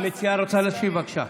המציעה רוצה להשיב, בבקשה.